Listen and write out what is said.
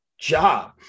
job